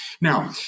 Now